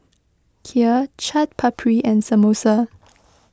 Kheer Chaat Papri and Samosa